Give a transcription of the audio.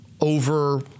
over